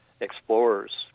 explorers